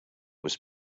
was